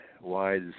wise